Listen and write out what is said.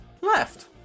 Left